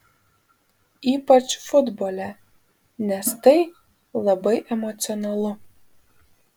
ypač futbole nes tai labai emocionalu